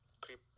creep